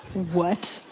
what?